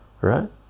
right